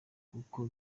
kuko